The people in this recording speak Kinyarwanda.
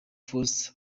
foster